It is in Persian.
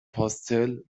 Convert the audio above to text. پاستل